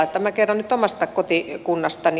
minä kerron nyt omasta kotikunnastani